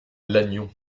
lannion